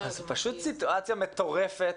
זה פשוט סיטואציה מטורפת,